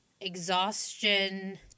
exhaustion